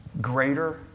greater